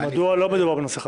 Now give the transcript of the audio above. מדוע לא מדובר בנושא חדש?